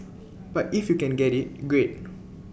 but if you can get IT great